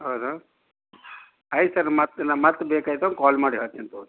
ಹೌದಾ ಆಯ್ತು ಸರ್ ಮತ್ತೆ ನಾನು ಮತ್ತೆ ಬೇಕಾಯ್ತಂದ್ರ್ ಕಾಲ್ ಮಾಡಿ ಹೇಳ್ತೇನೆ ತೊಗೊಳಿ ಸರ್